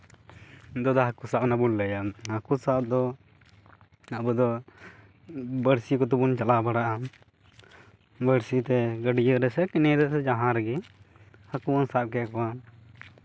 ᱫᱟᱫᱟ ᱦᱟᱹᱠᱩ ᱥᱟᱵ ᱨᱮᱱᱟᱜ ᱵᱚᱱ ᱞᱟᱹᱭᱟ ᱦᱟᱹᱠᱩ ᱥᱟᱵ ᱫᱚ ᱟᱵᱚ ᱫᱚ ᱵᱟᱹᱲᱥᱤ ᱠᱚᱛᱮ ᱵᱚᱱ ᱪᱟᱞᱟᱣ ᱵᱟᱲᱟᱜᱼᱟ ᱵᱟᱹᱲᱥᱤ ᱛᱮ ᱜᱟᱹᱰᱭᱟᱹ ᱨᱮᱥᱮ ᱠᱮᱱᱮᱞ ᱨᱮ ᱡᱟᱦᱟᱸ ᱨᱮᱜᱮ ᱦᱟᱹᱠᱩ ᱵᱚᱱ ᱥᱟᱵ ᱠᱮᱫ ᱠᱚᱣᱟ